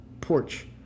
porch